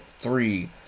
three